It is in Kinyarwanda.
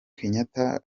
kenyatta